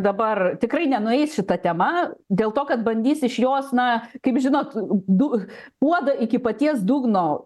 dabar tikrai nenueis šita tema dėl to kad bandys iš jos na kaip žinot du puodą iki paties dugno